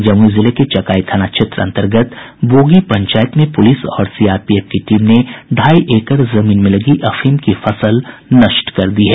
जमुई जिले के चकाई थाना क्षेत्र अंतर्गत बोगी पंचायत में पुलिस और सीआरपीएफ की टीम ने ढाई एकड़ जमीन में लगी अफीम की फसल नष्ट कर दी है